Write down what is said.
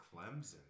Clemson